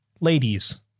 ladies